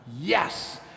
yes